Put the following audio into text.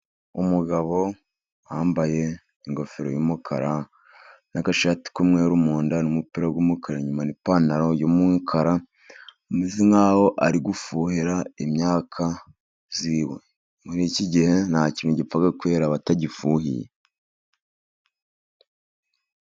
Umugabo wambaye ingofero y'umukara, n'agashati k'umweru mu nda, n' numupira w'umukara inyuma, n'ipantaro y'umukara, ameze nk'aho ari gufuhira imyaka y'iwe. Muri iki gihe nta kintu gipfa kwera batagifuhiye.